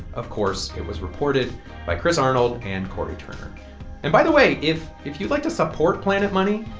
of course, it was reported by chris arnold and cory turner and by the way, if if you'd like to support planet money,